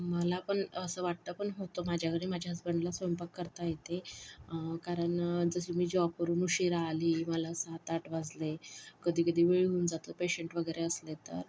मला पण असं वाटतं पण होतं माझ्या घरी माझ्या हसबंडला स्वयंपाक करता येते कारण जशी मी जॉबवरून उशिरा आली मला सातआठ वाजले कधी कधी वेळ होऊन जातो पेशंट वगैरे असले तर